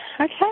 okay